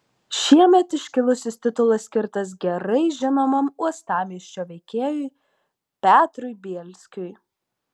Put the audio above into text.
šiemet iškilusis titulas skirtas gerai žinomam uostamiesčio veikėjui petrui bielskiui